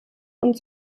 und